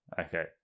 Okay